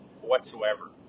whatsoever